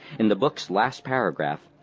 in the book's last paragraph,